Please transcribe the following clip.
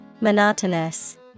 Monotonous